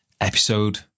episode